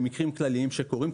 במקרים כלליים שקורים,